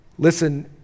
Listen